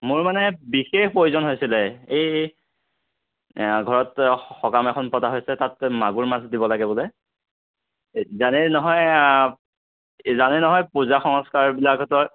মোৰ মানে বিশেষ প্ৰয়োজন হৈছিলে এই ঘৰত সকাম এখন পতা হৈছে তাত মাগুৰ মাছ দিব লাগে বোলে জানেই নহয় জানেই নহয় পূজা সংস্কাৰ বিলাকতো